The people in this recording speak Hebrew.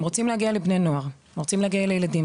אם אנחנו רוצים לעשות שינוי ולהצליח להגיע לילדים,